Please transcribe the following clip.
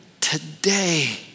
today